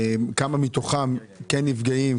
כמה מתוכם נפגעים,